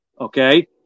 Okay